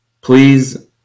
Please